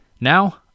Now